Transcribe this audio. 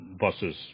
buses